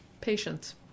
Patience